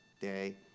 day